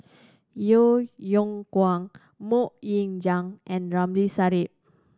Yeo Yeow Kwang Mok Ying Jang and Ramli Sarip